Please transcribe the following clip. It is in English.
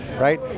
right